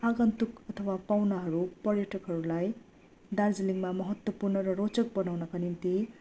आगन्तुक अथवा पाहुनाहरू पर्यटकहरूलाई दार्जिलिङमा महत्त्वपूर्ण र रोचक बनाउनका निम्ति